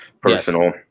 personal